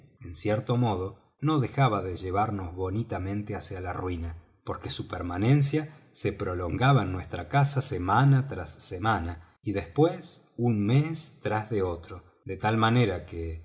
en cierto modo no dejaba de llevarnos bonitamente hacia la ruina porque su permanencia se prolongaba en nuestra casa semana tras semana y después un mes tras de otro de tal manera que